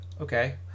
Okay